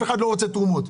לא מתרומות.